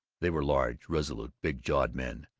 they were large, resolute, big-jawed men,